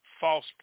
false